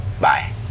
Bye